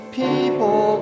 people